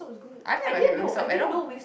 I never had Wingstop at all